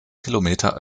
kilometer